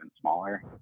smaller